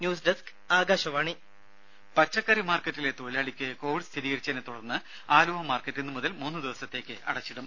news desk Akashvani രുര പച്ചക്കറി മാർക്കറ്റിലെ തൊഴിലാളിക്ക് കോവിഡ് സ്ഥിരീകരിച്ചതിനെ തുടർന്ന് ആലുവ മാർക്കറ്റ് ഇന്നു മുതൽ മൂന്ന് ദിവസത്തേക്ക് അടച്ചിടും